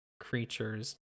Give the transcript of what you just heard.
creatures